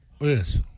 Yes